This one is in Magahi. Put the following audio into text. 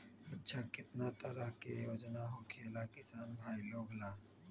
अच्छा कितना तरह के योजना होखेला किसान भाई लोग ला?